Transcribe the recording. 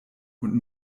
und